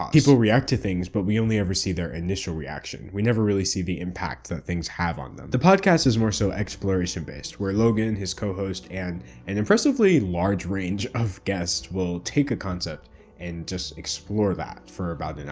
people react to things, but we only ever see their initial reaction. we never really see the impact that things have on them. the podcast is more so exploration-based, where logan, his co-host and an impressively large range of guests will take a concept and just explore that for about an hour.